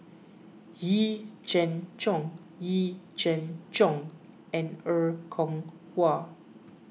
Yee Jenn Jong Yee Jenn Jong and Er Kwong Wah